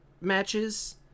matches